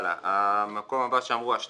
המקום הבא שאמרו, אשדוד.